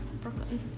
Brooklyn